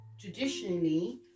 traditionally